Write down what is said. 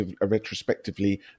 retrospectively